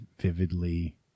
vividly